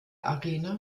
arena